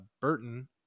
Burton